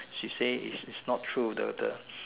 she say is is not true the the